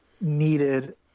needed